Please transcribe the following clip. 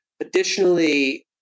Additionally